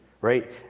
right